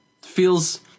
feels